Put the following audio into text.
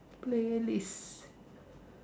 playlist